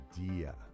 idea